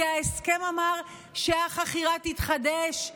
כי ההסכם אמר שהחכירה תתחדש,